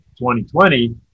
2020